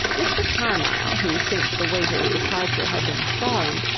mr. carmyle, who since the waiter's departure, had been thawing,